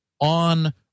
on